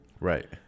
Right